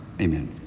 Amen